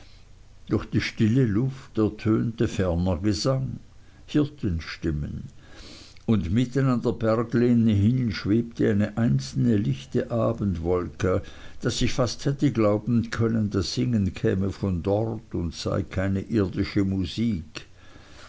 durch die stille luft ertönte ferner gesang hirtenstimmen und mitten an der berglehne hin schwebte eine einzelne lichte abendwolke daß ich fast hätte glauben können das singen käme von dort und sei keine irdische musik